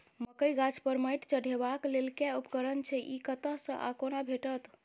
मकई गाछ पर मैंट चढ़ेबाक लेल केँ उपकरण छै? ई कतह सऽ आ कोना भेटत?